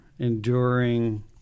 enduring